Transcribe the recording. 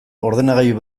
ordenagailu